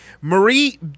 Marie